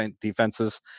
defenses